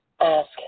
ask